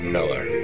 Miller